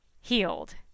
healed